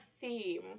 theme